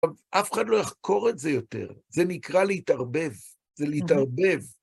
אף אחד לא יחקור את זה יותר, זה נקרא להתערבב, זה להתערבב.